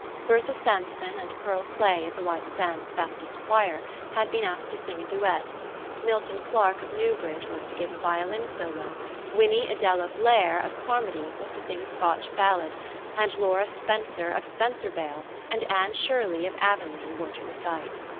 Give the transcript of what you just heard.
bertha sampson and pearl clay of the white sands baptist choir had been asked to sing a duet milton clark of newbridge was to give a violin solo winnie adella blair of carmody was to sing a scotch ballad and laura spencer of spencervale and anne shirley of avonlea were to recite.